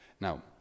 Now